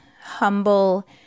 humble